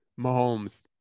Mahomes